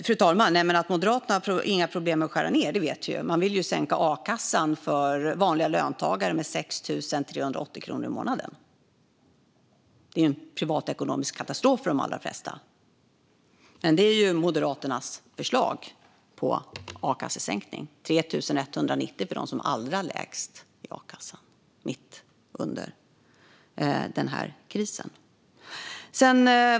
Fru talman! Att Moderaterna inte har några problem med att skära ned vet vi. Man vill ju sänka a-kassan för vanliga löntagare med 6 380 kronor i månaden. Det är en privatekonomisk katastrof för de allra flesta, men det är Moderaternas förslag på a-kassesänkning. Det är 3 190 för dem som har allra lägst a-kassa. Detta vill man mitt under denna kris.